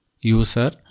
user